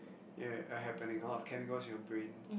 ya a happening all of chemicals in your brains